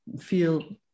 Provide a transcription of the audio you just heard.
feel